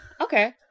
Okay